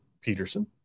Peterson